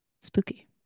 Spooky